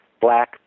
black